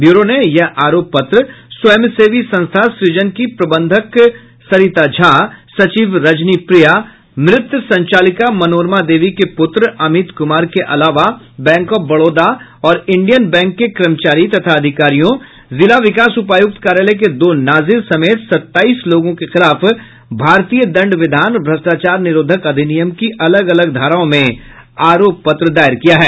bureau ने यह आरोप पत्र स्वयंसेवी संस्था सृजन की प्रबंधक सरिता झा सचिव रजनी प्रिया मृत संचालिका मनोरमा देवी के पुत्र अमित कुमार के अलावा बैंक ऑफ बड़ौदा और इंडियन बैंक के कर्मचारी तथा अधिकारियों जिला विकास उपायुक्त कार्यालय के दो नाजिर समेत सत्ताईस लोगों के खिलाफ भारतीय दंड विधान और भ्रष्टाचार निरोधक अधिनियम की अलग अलग धाराओं में आरोप पत्र दायर किया है